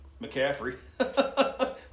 McCaffrey